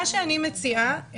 מה שאני מציעה,